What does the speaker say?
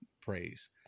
praise